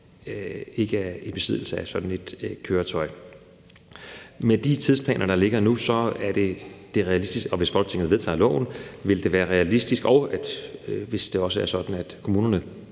ikke er i besiddelse af sådan et køretøj. Med de tidsplaner, der ligger nu, og hvis Folketinget vedtager loven, og hvis det også er sådan, at en